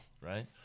right